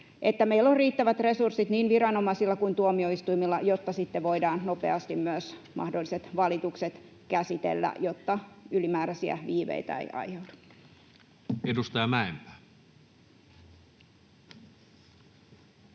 meillä on riittävät resurssit niin viranomaisilla kuin tuomioistuimilla, jotta sitten voidaan nopeasti myös mahdolliset valitukset käsitellä, jotta ylimääräisiä viiveitä ei aiheudu. Edustaja Mäenpää.